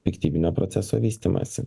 piktybinio proceso vystymąsi